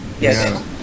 Yes